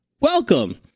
welcome